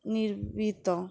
নির্মিত